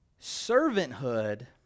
Servanthood